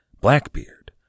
Blackbeard